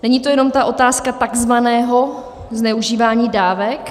Není to jenom otázka takzvaného zneužívání dávek.